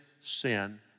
sin